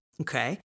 Okay